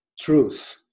truth